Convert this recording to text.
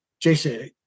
Jason